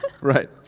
Right